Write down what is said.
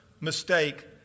mistake